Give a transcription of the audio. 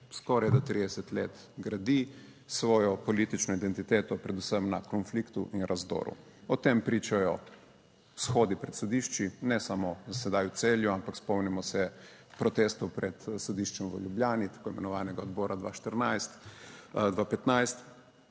skorajda 30 let gradi svojo politično identiteto, predvsem na konfliktu in razdoru. O tem pričajo shodi pred sodišči, ne samo sedaj v Celju, ampak spomnimo se protestov pred sodiščem v Ljubljani, tako imenovanega odbora 2014,